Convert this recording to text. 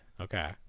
Okay